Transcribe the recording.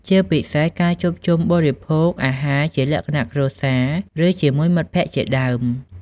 ជាពិសេសការជួបជុំបរិភោគអាហារជាលក្ខណៈគ្រួសារ ឬជាមួយមិត្តភក្តិជាដើម ។